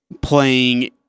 playing